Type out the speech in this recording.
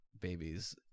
babies